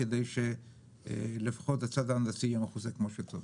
כדי שלפחות הצד ההנדסי יהיה מכוסה כמו שצריך.